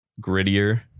grittier